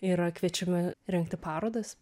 yra kviečiami rengti parodas